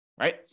right